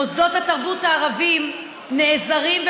מוסדות התרבות הערביים נעזרים,